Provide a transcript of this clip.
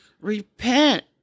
Repent